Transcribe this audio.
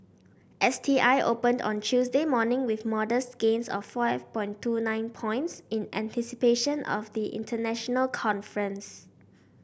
S T I opened on Tuesday morning with modest gains of five point two nine points in anticipation of the international conference